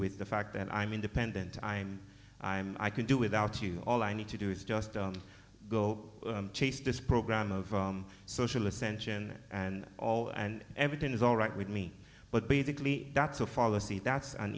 with the fact that i'm independent i'm i'm i can do without you all i need to do is just don't go chase this program of social ascension and all and everything is alright with me but basically that's a fallacy that's an